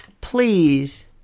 please